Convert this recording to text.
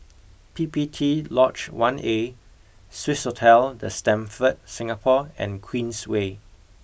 P P T Lodge one A Swissotel the Stamford Singapore and Queensway